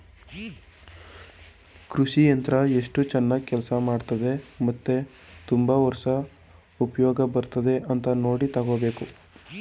ಕೃಷಿ ಯಂತ್ರ ಎಸ್ಟು ಚನಾಗ್ ಕೆಲ್ಸ ಮಾಡ್ತದೆ ಮತ್ತೆ ತುಂಬಾ ವರ್ಷ ಉಪ್ಯೋಗ ಬರ್ತದ ಅಂತ ನೋಡಿ ತಗೋಬೇಕು